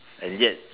and yet